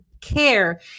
care